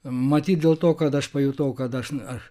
matyt dėl to kad aš pajutau kad aš aš